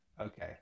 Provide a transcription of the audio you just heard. Okay